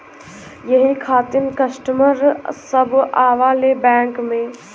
यही खातिन कस्टमर सब आवा ले बैंक मे?